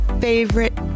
favorite